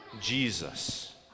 Jesus